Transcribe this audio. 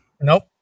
Nope